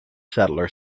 settlers